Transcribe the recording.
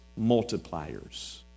multipliers